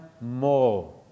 more